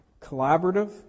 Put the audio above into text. collaborative